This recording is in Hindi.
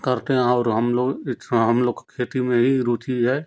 करते हैं और हम लोग इस हमलोग खेती में ही रुचि है